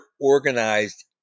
organized